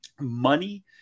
money